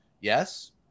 Yes